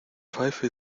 pfeife